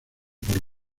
por